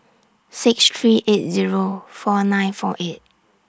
six three eight Zero four nine four eight